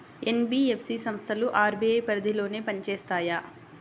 NBFC సంస్థలు RBI పరిధిలోనే పని చేస్తాయా?